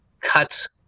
cut